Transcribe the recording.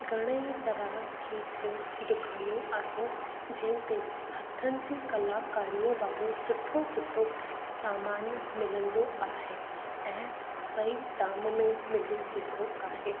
घणेई तरहा की जूं दुकानू आहिनि जीअं ते हथनि जी कलाकारीअ वारो सुठो सुठो सामानु मिलंदो आहे ऐं सही दाम में मिली वेंदो आहे